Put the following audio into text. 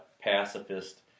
pacifist